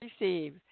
receive